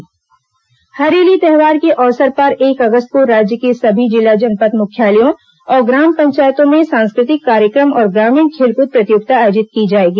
हरेली तिहार हरेली त्यौहार के अवसर पर एक अगस्त को राज्य के सभी जिला जनपद मुख्यालयों और ग्राम पंचायतों में सांस्कृतिक कार्यक्रम और ग्रामीण खेलकूद प्रतियोगिता आयोजित की जाएगी